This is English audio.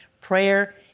Prayer